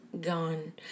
Gone